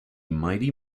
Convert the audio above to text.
mighty